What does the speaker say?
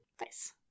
Nice